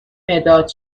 مداد